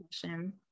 question